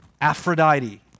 Aphrodite